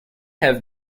have